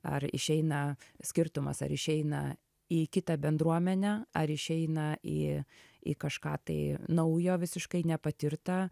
ar išeina skirtumas ar išeina į kitą bendruomenę ar išeina į į kažką tai naujo visiškai nepatirtą